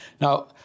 Now